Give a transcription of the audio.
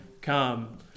come